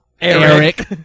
Eric